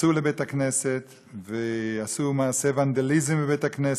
שפרצו לבית-הכנסת ועשו מעשי ונדליזם בבית-הכנסת,